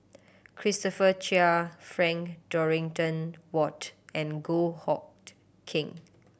Christopher Chia Frank Dorrington Ward and Goh Hood Keng